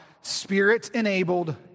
Spirit-enabled